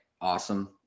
awesome